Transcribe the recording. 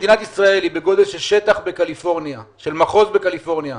מדינת ישראל היא בשטח של מחוז בקליפורניה,